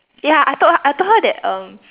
ya I told he~ I told her that um